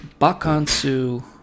Bakansu